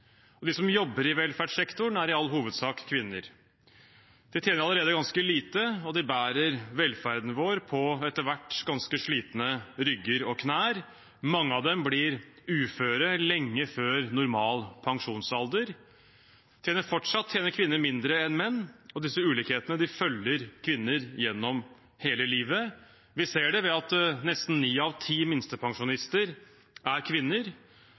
De som jobber i velferdssektoren, er i all hovedsak kvinner. De tjener allerede ganske lite, og de bærer velferden vår på etter hvert ganske slitne rygger og knær. Mange av dem blir uføre lenge før normal pensjonsalder, og fortsatt tjener kvinner mindre enn menn. Disse ulikhetene følger kvinner gjennom hele livet. Vi ser det ved at nesten ni av ti minstepensjonister er kvinner,